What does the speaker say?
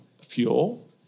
fuel